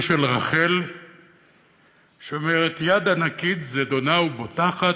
של רחל שאומרת: "יד ענקים זדונה ובוטחת,